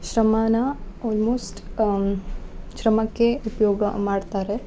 ಶ್ರಮಾನ almost ಶ್ರಮಕ್ಕೆ ಉಪಯೋಗ ಮಾಡ್ತಾರೆ